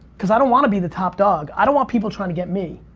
cause i don't wanna be the top dog. i don't want people trying to get me.